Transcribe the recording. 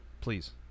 Please